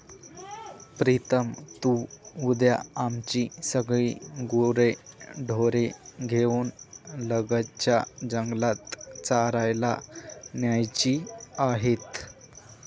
प्रीतम तू उद्या आमची सगळी गुरेढोरे घेऊन लगतच्या जंगलात चरायला न्यायची आहेत